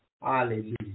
Hallelujah